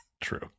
True